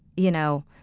you know,